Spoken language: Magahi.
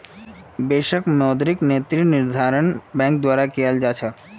देशत मौद्रिक नीतिर निर्धारण रिज़र्व बैंक द्वारा कियाल जा छ